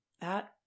that-